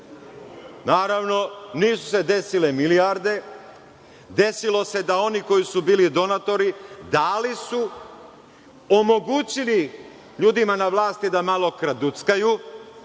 Naravno, nisu se desile milijarde, desilo se da oni koji su bili donatori dali su, omogućili ljudima na vlasti da malo kraduckaju